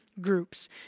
groups